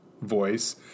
voice